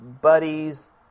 buddies